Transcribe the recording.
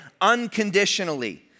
unconditionally